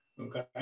Okay